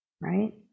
right